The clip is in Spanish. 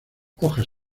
hojas